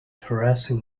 harassing